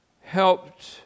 helped